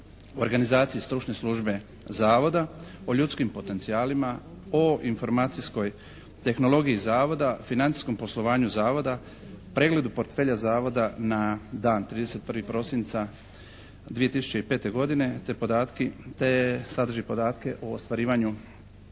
organizaciji stručne službe zavoda, o ljudskim potencijalima, o informacijskoj tehnologiji zavoda, financijskom poslovanju zavoda, pregledu portfelja zavoda na dan 31. prosinca 2005. godine te sadrži podatke o ostvarivanju prava i